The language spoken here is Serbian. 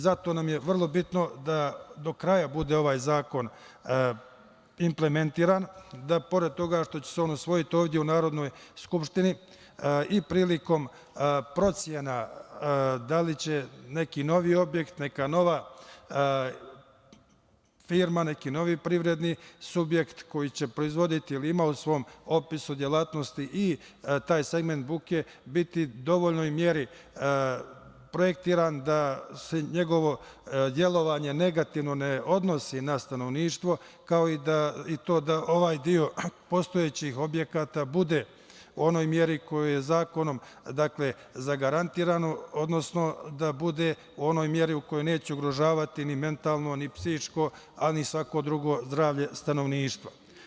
Zato nam je vrlo bitno da do kraja bude ovaj zakon implementiran, da pored toga što će se on usvojiti ovde u Narodnoj skupštini i prilikom procena da li će neki novi objekat, neka nova firma, neki novi privredni subjekt koji će proizvoditi, ima u svom opisu delatnosti i taj segment buke, biti u dovoljnoj meri projektiran da se njegovo delovanje negativno ne odnosi na stanovništvo, kao i da ovaj deo postojećih objekata bude u onoj meri koja je zakonom zagarantirana, odnosno da bude u onoj meri u kojoj neće ugrožavati mentalno ni psihičko, a ni svako drugo zdravlje stanovništva.